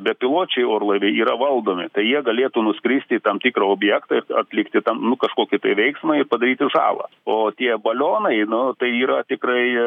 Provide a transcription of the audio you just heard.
bepiločiai orlaiviai yra valdomi tai jie galėtų nuskristi į tam tikrą objektą ir atlikti tam nu kažkokį tai veiksmą ir padaryti žalą o tie balionai nu tai yra tikrai